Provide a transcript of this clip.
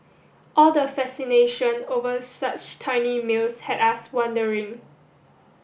all the fascination over such tiny meals had us wondering